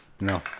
no